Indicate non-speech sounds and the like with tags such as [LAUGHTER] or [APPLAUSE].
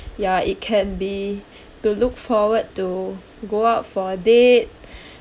ya it can be [BREATH] to look forward to go out for a date [BREATH]